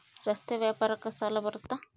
ರಸ್ತೆ ವ್ಯಾಪಾರಕ್ಕ ಸಾಲ ಬರುತ್ತಾ?